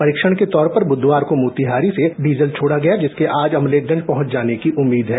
परीक्षण के तौर पर बुधवार को मोतीहारी से डीजल छोड़ा गया जिसके आज अमलेखगंज पहुंच जाने की उम्मीद है